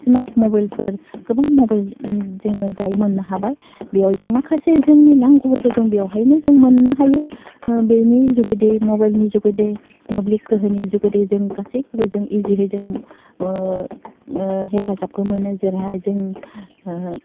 smart मबाइलफोर गोबां mobile जोङो दायो मोननो हाबाय बेयाव जों माखासे जोंनि नांगौफोरखौ जों बेवहायनो जों मोननो हायो बेनि जुगिदै मबाइलनि जुगिदै मोब्लिब गोहोनि जुगिदै जों गासैखौबो जों इजिहै जों हेफाजाबखौ मोनो जेरावहाय जों